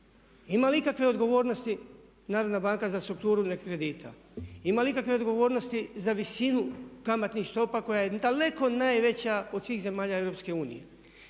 Ima li ikakve odgovornosti narodna banka za strukturu kredita? Ima li kakve odgovornosti za visinu kamatnih stopa koja je daleko najveća od svih zemalja